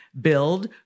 Build